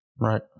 Right